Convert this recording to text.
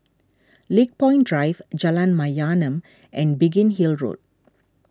Lakepoint Drive Jalan Mayaanam and Biggin Hill Road